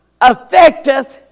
affecteth